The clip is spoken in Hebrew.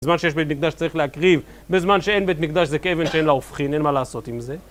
בזמן שיש בית מקדש צריך להקריב, בזמן שאין בית מקדש זה כאבן שאין לה הופכין, אין מה לעשות עם זה